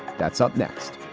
that's up next